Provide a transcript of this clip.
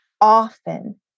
often